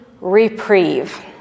reprieve